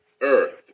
earth